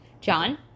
John